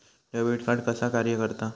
Debit card कसा कार्य करता?